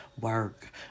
work